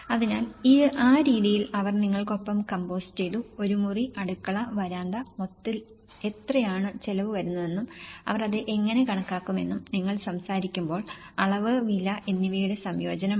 അതിനാൽ ആ രീതിയിൽ അവർ നിങ്ങൾക്കൊപ്പം കംപോസ് ചെയ്തു ഒരു മുറി അടുക്കള വരാന്ത മൊത്തത്തിൽ എത്രയാണ് ചെലവ് വരുന്നതെന്നും അവർ അത് എങ്ങനെ കണക്കാക്കുമെന്നും നിങ്ങൾ സംസാരിക്കുമ്പോൾ അളവ് വില എന്നിവയുടെ സംയോജനമാണ്